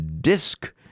disc